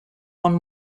one